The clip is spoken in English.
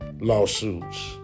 lawsuits